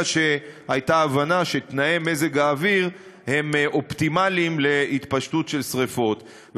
שהייתה הבנה שתנאי מזג האוויר הם אופטימליים להתפשטות של שרפות.